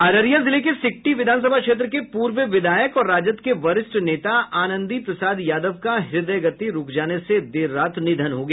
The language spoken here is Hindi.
अररिया जिले के सिकटी विधानसभा क्षेत्र के पूर्व विधायक और राजद के वरिष्ठ नेता आनंदी प्रसाद यादव का हृदय गति रूक जाने से देर रात निधन हो गया